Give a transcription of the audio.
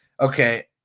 okay